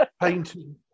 painting